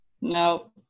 no